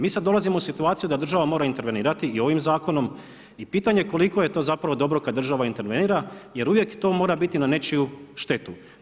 Mi sada dolazimo u situaciju da država mora intervenirati i ovim zakonom i pitanje je koliko je to dobro kada država intervenira jer uvijek to mora biti na nečiju štetu.